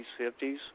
50s